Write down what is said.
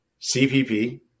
CPP